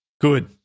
Good